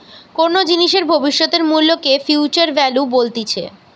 কোনো জিনিসের ভবিষ্যতের মূল্যকে ফিউচার ভ্যালু বলতিছে